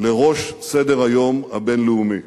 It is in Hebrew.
לראש סדר-היום הבין-לאומי.